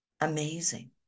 Amazing